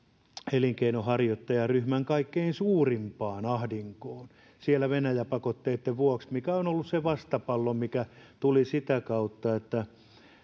elinkeinonharjoittajaryhmän kaikkein suurimpaan ahdinkoon venäjä pakotteitten vuoksi mikä on ollut se vastapallo mikä tuli sitä kautta että